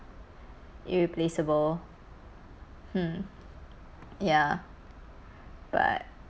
irreplaceable hmm ya right